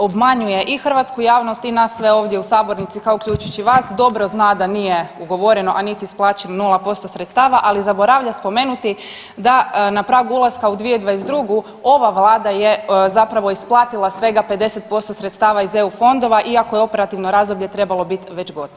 Obmanjuje i hrvatsku javnost i nas sve ovdje u sabornici, kao uključujući vas, dobro zna da nije ugovoreno, a niti isplaćeno 0% sredstava, ali zaboravlja spomenuti da na pragu ulaska u 2022. ova Vlada je zapravo isplatila svega 50% sredstava iz EU fondova, iako je operativno razdoblje trebalo bit već gotovo.